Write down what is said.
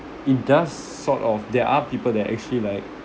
it does sort of there are people that actually like